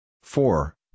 four